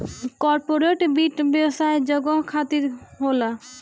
corporate वित्त व्यवसाय जगत खातिर होला